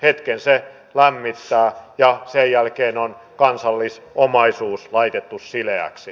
hetken se lämmittää ja sen jälkeen on kansallisomaisuus laitettu sileäksi